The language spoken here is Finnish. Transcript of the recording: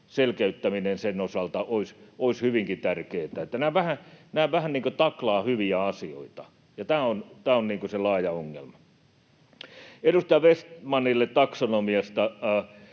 olisi sen osalta hyvinkin tärkeätä. Nämä vähän niin kuin taklaavat hyviä asioita, ja tämä on se laaja ongelma. Edustaja Vestmanille taksonomiasta: